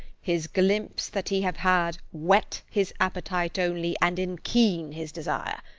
his glimpse that he have had, whet his appetite only and enkeen his desire.